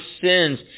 sins